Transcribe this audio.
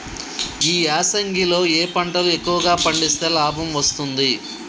ఈ యాసంగి లో ఏ పంటలు ఎక్కువగా పండిస్తే లాభం వస్తుంది?